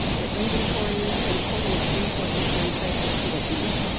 their inventories and coordinates resources during crisis conditions.